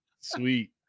Sweet